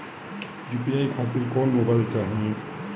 UPI खातिर कौन mobile चाहीं?